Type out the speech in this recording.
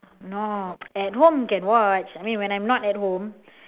no at home can watch I mean when I'm not at home